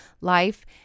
life